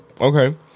Okay